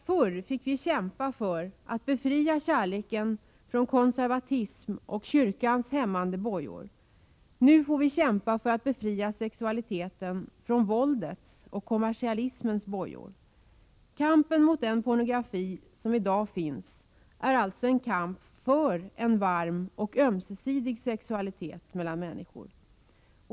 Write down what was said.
Förr fick vi kämpa för att befria kärleken från konservatism och kyrkans hämmande bojor. Nu får vi kämpa för att befria sexualiteten från våldets och kommersialismens bojor. Kampen mot den pornografi som i dag finns är alltså en kamp för en varm och ömsesidig sexualitet mellan människor.